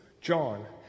John